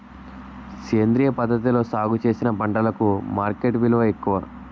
సేంద్రియ పద్ధతిలో సాగు చేసిన పంటలకు మార్కెట్ విలువ ఎక్కువ